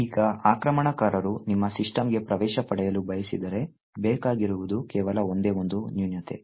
ಈಗ ಆಕ್ರಮಣಕಾರರು ನಿಮ್ಮ ಸಿಸ್ಟಮ್ಗೆ ಪ್ರವೇಶ ಪಡೆಯಲು ಬಯಸಿದರೆ ಬೇಕಾಗಿರುವುದು ಕೇವಲ ಒಂದೇ ಒಂದು ನ್ಯೂನತೆ